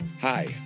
Hi